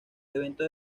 evento